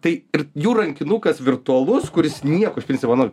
tai ir jų rankinukas virtualus kuris nieko iš principo nu